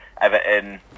Everton